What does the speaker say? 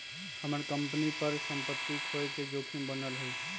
हम्मर कंपनी पर सम्पत्ति खोये के जोखिम बनल हई